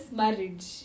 marriage